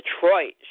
Detroit